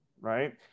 right